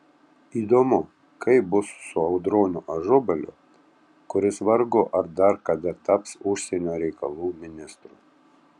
įdomu kaip bus su audroniu ažubaliu kuris vargu ar dar kada taps užsienio reikalų ministru